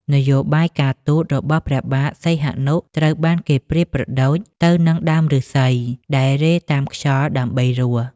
នយោបាយការទូតរបស់ព្រះបាទសីហនុត្រូវបានគេប្រៀបប្រដូចទៅនឹង "ដើមប្ញស្សី" ដែលរេតាមខ្យល់ដើម្បីរស់។